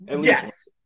Yes